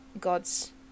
god's